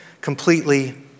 completely